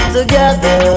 together